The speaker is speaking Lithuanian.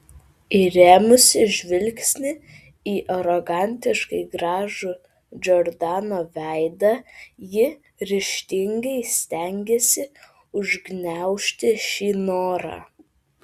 įrėmusi žvilgsnį į arogantiškai gražų džordano veidą ji ryžtingai stengėsi užgniaužti šį norą